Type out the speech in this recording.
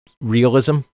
realism